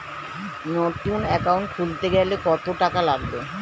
নতুন একাউন্ট খুলতে গেলে কত টাকা লাগবে?